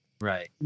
Right